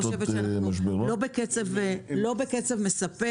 לא בקצב מספק.